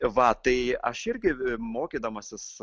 va tai aš irgi mokydamasis